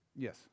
Yes